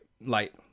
light